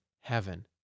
heaven